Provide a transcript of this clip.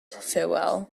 farewell